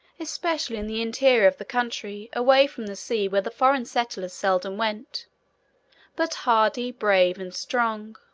especially in the interior of the country away from the sea where the foreign settlers seldom went but hardy, brave, and strong.